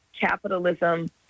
capitalism